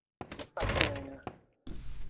ᱟᱪᱪᱷᱟ ᱟᱪᱪᱷᱟ ᱟᱪᱪᱷᱟ